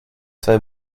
zwei